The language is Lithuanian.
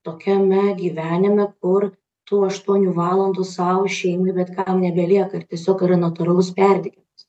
tokiame gyvenime kur tų aštuonių valandų sau šeimai bet kam nebelieka ir tiesiog yra natūralus perdegimas